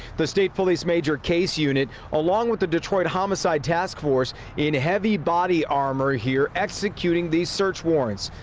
the state police major case unit, along with the detroit homicide dafk force in heavy body armor here executing the search warrants.